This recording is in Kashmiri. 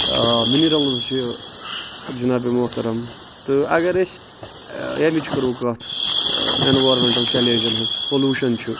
مِنرلٕز چھِ جِنابی مۄحترم تہٕ اَگر أسۍ ییٚمِچ کرو کَتھ اینورمینٹل چیلینجن ہٕنز پٔلوٗشن چھُ